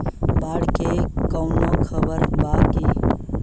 बाढ़ के कवनों खबर बा की?